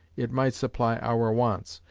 it might supply our wants,